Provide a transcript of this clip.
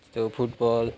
त्यो फुटबल